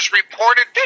reported